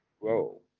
grow